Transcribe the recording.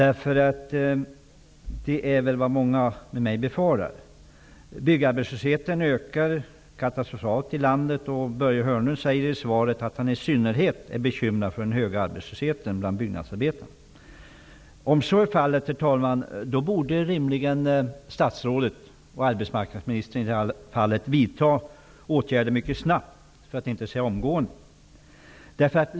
Många med mig befarar detta. Byggarbetslösheten ökar katastrofalt i landet. Börje Hörnlund sade i sitt svar att han är i synnerhet bekymrad över den höga arbetslösheten bland byggnadsarbetarna. Om så är fallet, herr talman, borde rimligen arbetsmarknadsministern vidta åtgärder mycket snabbt, för att inte säga omgående.